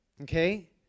okay